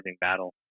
battle